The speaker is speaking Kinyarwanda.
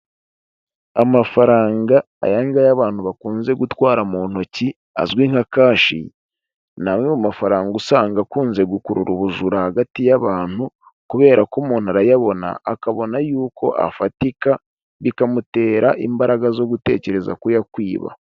Amafaranga aya ngaya abantu bakunze gutwara mu ntoki azwi nka kashi, ni amwe mu mafaranga usanga akunze gukurura ubujura hagati y'abantu kubera ko umuntu arayabona, akabona yuko afatika, bikamutera imbaraga zo gutekereza kuyakwiba.